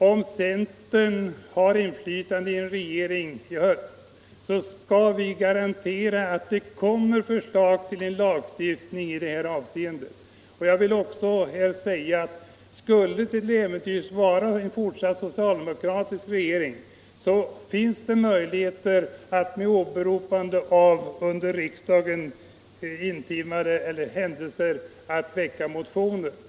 Om centern har inflytande i en regering i höst, så skall vi garantera att det kommer förslag till en lagstiftning i detta avseende. Skulle det bli fortsatt socialdemokratisk regering, så finns det möjligheter att med åberopande av under riksdagen timade händelser väcka motioner.